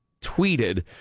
tweeted